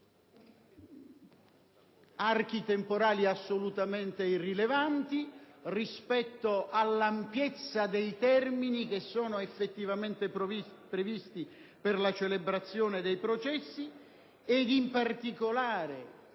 archi temporali assolutamente irrilevanti rispetto all'ampiezza dei termini che sono effettivamente previsti per la celebrazione dei processi e, in particolare,